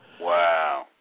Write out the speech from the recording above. Wow